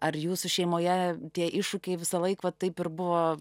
ar jūsų šeimoje tie iššūkiai visąlaik va taip ir buvo